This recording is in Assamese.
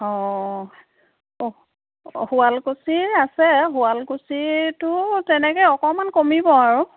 অঁ শুৱালকুছিৰ আছে শুৱালকুছিৰটোও তেনেকৈ অকণমান কমিব আৰু